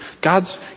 God's